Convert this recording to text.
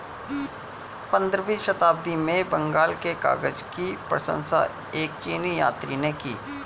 पंद्रहवीं शताब्दी में बंगाल के कागज की प्रशंसा एक चीनी यात्री ने की